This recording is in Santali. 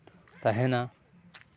ᱛᱟᱦᱮᱱᱟ